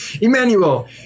Emmanuel